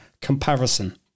comparison